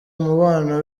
umubano